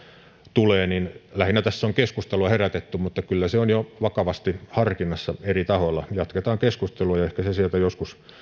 niin lähinnä tässä on keskustelua herätetty mutta kyllä se on jo vakavasti harkinnassa eri tahoilla jatketaan keskustelua ehkä se harjoitus sieltä joskus